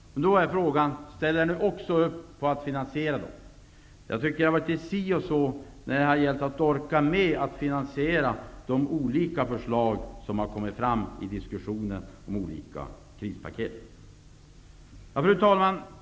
Då är frågan: Ställer ni också upp på att finansiera dem? Det har varit litet si och så när det gällt att orka med att finansiera alla de förslag som framförts i diskussionerna om de olika krispaketen. Fru talman!